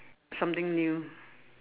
something new